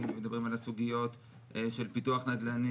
ומדברים על הסוגיות של פיתוח נדל"ני,